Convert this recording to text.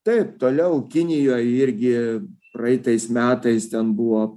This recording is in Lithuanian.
taip toliau kinijoj irgi praeitais metais ten buvo